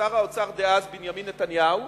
שר האוצר דאז בנימין נתניהו,